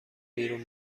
بیرون